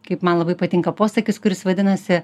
kaip man labai patinka posakis kuris vadinasi